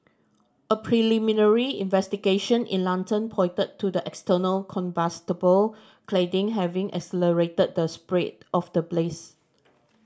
a preliminary investigation in London pointed to the external combustible cladding having accelerated the spread of the blaze